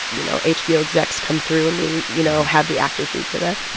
you know, hbo execs come through and we, you know, have the actors read for them.